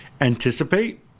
anticipate